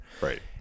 Right